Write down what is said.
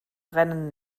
brennen